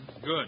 Good